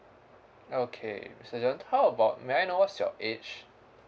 okay mister john how about may I know what's your age